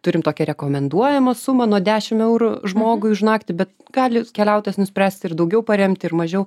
turim tokią rekomenduojamą sumą nuo dešim eurų žmogui už naktį bet gali keliautojas nuspręst ir daugiau paremt ir mažiau